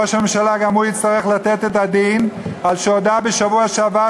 ראש הממשלה גם הוא יצטרך לתת את הדין על כך שהוא הודה בשבוע שעבר,